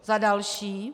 Za další.